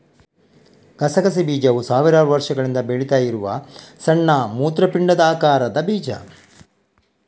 ಗಸಗಸೆ ಬೀಜವು ಸಾವಿರಾರು ವರ್ಷಗಳಿಂದ ಬೆಳೀತಾ ಇರುವ ಸಣ್ಣ ಮೂತ್ರಪಿಂಡದ ಆಕಾರದ ಬೀಜ